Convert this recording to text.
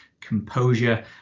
composure